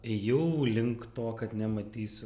ėjau link to kad nematysiu